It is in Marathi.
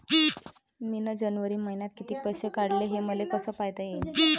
मिन जनवरी मईन्यात कितीक पैसे काढले, हे मले कस पायता येईन?